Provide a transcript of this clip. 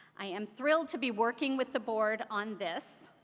i am thrilled to be working with the board on this,